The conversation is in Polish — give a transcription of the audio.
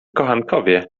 kochankowie